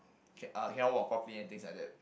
ca~ uh cannot walk properly and things like that